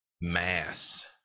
mass